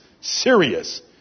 serious